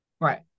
right